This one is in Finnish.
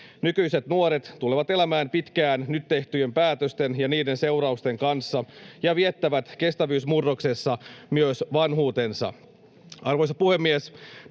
Nykyiset nuoret tulevat elämään pitkään nyt tehtyjen päätösten ja niiden seurausten kanssa ja viettävät kestävyysmurroksessa myös vanhuutensa. Arvoisa puhemies!